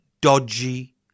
dodgy